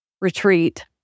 retreat